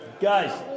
Guys